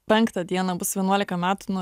penktą dieną bus vienuolika metų nuo